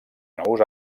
nous